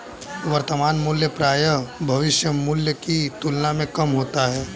वर्तमान मूल्य प्रायः भविष्य मूल्य की तुलना में कम होता है